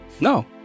No